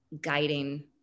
guiding